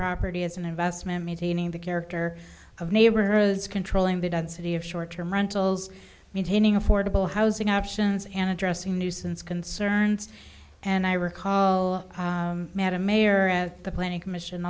property as an investment maintaining the character of neighborhoods controlling the density of short term rentals maintaining affordable housing options and addressing nuisance concerns and i recall madam mayor as the planning commission